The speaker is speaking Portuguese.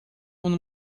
uma